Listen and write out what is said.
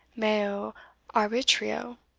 meo arbitrio,